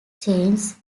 changes